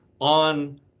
on